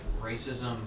racism